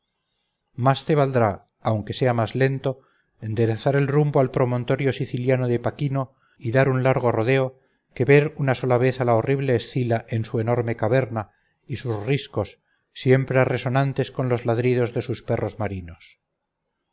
más te valdrá aunque sea más lento enderezar el rumbo al promontorio siciliano de paquino y dar un largo rodeo que ver una sola vez a la horrible escila en su enorme caverna y sus riscos siempre resonantes con los ladridos de sus perros marinos